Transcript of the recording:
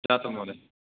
जातं महोदय